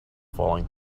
falling